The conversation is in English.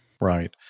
Right